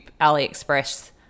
AliExpress